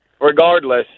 regardless